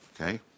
Okay